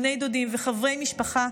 בני דודים וחברי משפחה,